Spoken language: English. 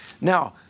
Now